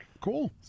Cool